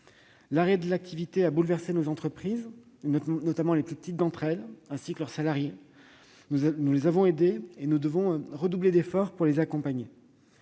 L'arrêt de l'activité a bouleversé nos entreprises, notamment les plus petites d'entre elles, ainsi que leurs salariés. Nous les avons aidées, et nous devons redoubler d'efforts pour les accompagner,